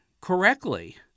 correctly